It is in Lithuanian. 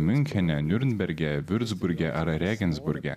miunchene niurnberge viurzburge ar rėgensburge